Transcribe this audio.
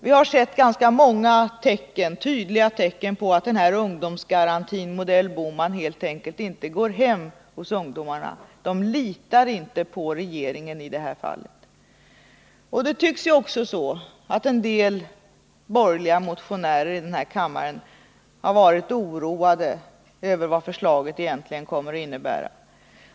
Vi har sett många tydliga tecken på att ungdomsgarantin modell Bohman helt enkelt inte går hem hos ungdomarna. De litar inte på regeringen i det här fallet. En del borgerliga motionärer här i kammaren tycks ju också ha varit oroade över vad förslaget egentligen kommer att innebära.